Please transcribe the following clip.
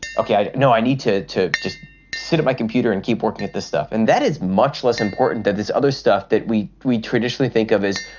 ok, you know, i need to to just sit at my computer and keep working at this stuff and that is much less important than this other stuff that we we traditionally think of as,